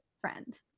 friend